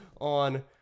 on